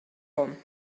hon